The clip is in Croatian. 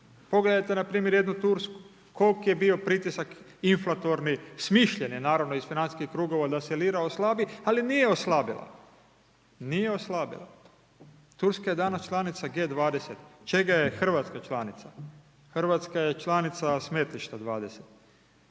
Pogledajte npr. jednu Tursku, koliki je bio pritisak inflatorni, smišljeni naravno iz financijskih krugova da se lira oslabi, ali nije oslabila, nije oslabila. Turska je danas članica G20. Čega je Hrvatska članica? Hrvatska je članica smetlišta 20.